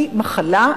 היא מחלה.